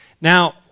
Now